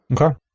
Okay